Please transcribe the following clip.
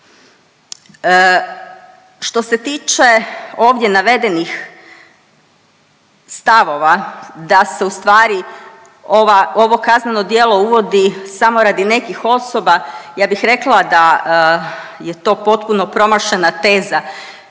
Što se tiče ovdje navedenih stavova da se u stvari ova, ovo kazneno djelo uvodi samo radi nekih osoba, ja bih rekla da je to potpuno promašena teza.